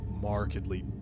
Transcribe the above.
markedly